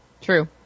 True